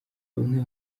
bamwe